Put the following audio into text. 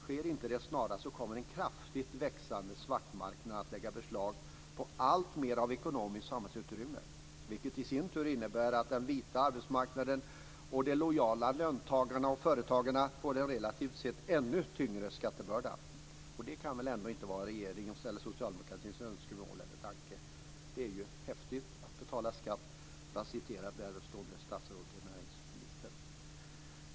Sker inte detta snarast kommer en kraftigt växande svartmarknad att lägga beslag på alltmer ekonomiskt samhällsutrymme, vilket i sin tur innebär att den vita arbetsmarknaden och de lojala löntagarna och företagarna får en relativt sett ännu tyngre skattebörda. Det kan väl ändå inte vara regeringens eller socialdemokratins önskemål. Det är "häftigt" att betala skatt, för att citera ett närstående statsråd till näringsministern.